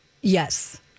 Yes